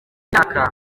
myaka